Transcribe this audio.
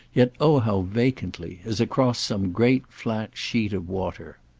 yet oh how vacantly! as across some great flat sheet of water.